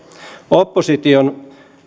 opposition